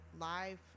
live